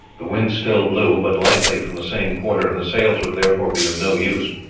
the wind still blew, but lightly, from the same quarter, and the sails would therefore be of no use.